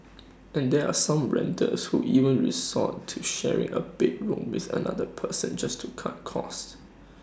and there are some renters who even resort to sharing A bedroom with another person just to cut costs